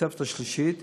התוספת השלישית,